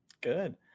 good